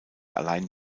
allein